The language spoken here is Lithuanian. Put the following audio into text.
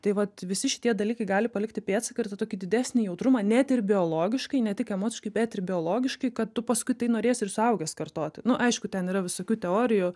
tai vat visi šitie dalykai gali palikti pėdsaką ir tą tokį didesnį jautrumą net ir biologiškai ne tik emociškai bet ir biologiškai kad tu paskui tai norėsi ir suaugęs kartoti nu aišku ten yra visokių teorijų